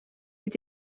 mit